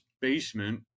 basement